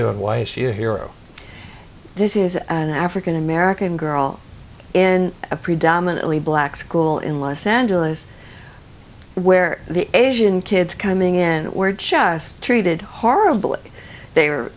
and why is she a hero this is an african american girl in a predominantly black school in los angeles where the asian kids coming in were just treated horrible they